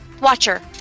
Watcher